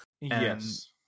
Yes